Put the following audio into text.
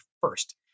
first